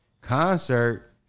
Concert